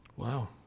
Wow